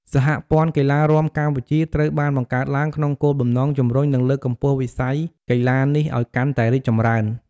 សហព័ន្ធកីឡារាំកម្ពុជាត្រូវបានបង្កើតឡើងក្នុងគោលបំណងជំរុញ និងលើកកម្ពស់វិស័យកីឡានេះឲ្យកាន់តែរីកចម្រើន។